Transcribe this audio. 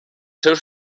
seus